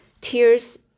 Tears